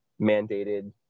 mandated